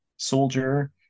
soldier